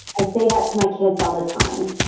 i say that to my kids all the time.